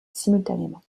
simultanément